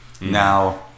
Now